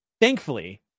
Thankfully